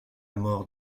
mort